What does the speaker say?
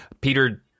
Peter